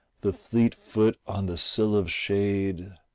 the fleet foot on the sill of shade,